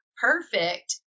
perfect